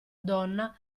donna